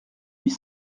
huit